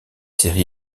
série